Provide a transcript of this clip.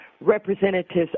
representatives